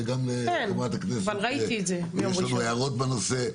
וגם לחברת הכנסת לסקי יש הערות בנושא.